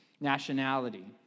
nationality